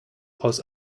aus